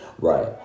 Right